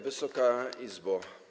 Wysoka Izbo!